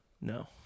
No